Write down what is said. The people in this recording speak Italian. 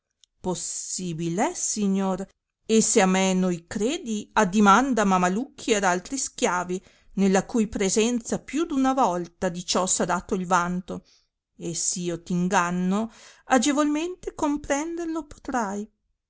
possibil è signor e se a me noi credi addimanda a mamalucchi ed agli altri schiavi nella cui presenza più d'una volta di ciò s'ha dato il vanto e s'io ti inganno agevolmente comprender lo potrai